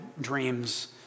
dreams